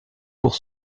pour